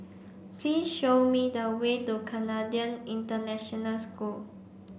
please show me the way to Canadian International School